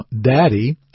Daddy